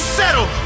settle